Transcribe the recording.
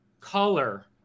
color